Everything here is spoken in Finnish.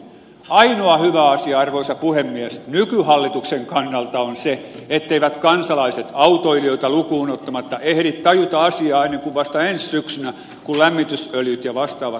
ainoa hyvä asia arvoisa puhemies nykyhallituksen kannalta on se etteivät kansalaiset autoilijoita lukuun ottamatta ehdi tajuta asiaa ennen kuin vasta ensi syksynä kun lämmitysöljyt ja vastaavat tilataan